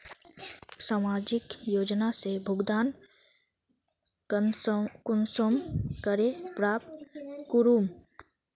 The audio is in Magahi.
सामाजिक योजना से भुगतान कुंसम करे प्राप्त करूम?